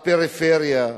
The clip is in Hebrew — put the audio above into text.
הפריפריה.